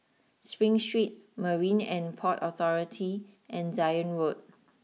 Spring Street Marine and Port Authority and Zion Road